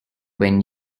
when